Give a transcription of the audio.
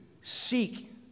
seek